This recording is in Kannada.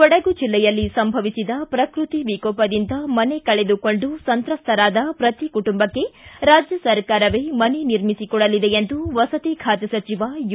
ಕೊಡಗು ಜಿಲ್ಲೆಯಲ್ಲಿ ಸಂಭವಿಸಿದ ಪ್ರಕೃತಿ ವಿಕೋಪದಿಂದ ಮನೆ ಕಳೆದುಕೊಂಡು ಸಂತ್ರಸ್ಥರಾದ ಪ್ರತಿ ಕುಟುಂಬಕ್ಕೆ ರಾಜ್ಯ ಸರ್ಕಾರವೇ ಮನೆ ನಿರ್ಮಿಸಿ ಕೊಡಲಿದೆ ಎಂದು ವಸತಿ ಖಾತೆ ಸಚಿವ ಯು